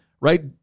right